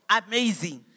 amazing